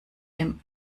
dem